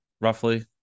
roughly